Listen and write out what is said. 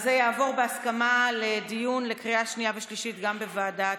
אז זה יעבור בהסכמה לדיון לקריאה שנייה ושלישית גם בוועדה